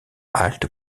halte